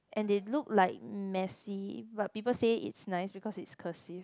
and they look like messy but people say it's nice because it's cursive